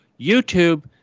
YouTube